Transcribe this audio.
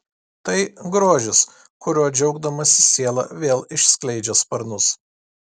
tai grožis kuriuo džiaugdamasi siela vėl išskleidžia sparnus